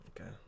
Okay